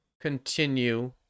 continue